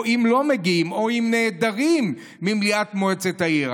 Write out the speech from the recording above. או אם לא מגיעים או אם נעדרים ממליאת מועצת העיר.